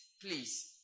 please